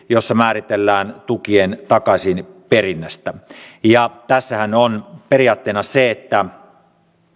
jossa määritellään tukien takaisinperinnästä tässähän on periaatteena se